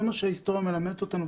זה מה שההיסטוריה מלמדת אותנו,